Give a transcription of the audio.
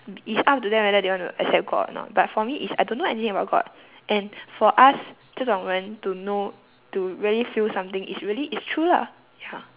it's up to them whether they want to accept god or not but for me is I don't know anything about god and for us 这种人 to know to really feel something is really it's true lah ya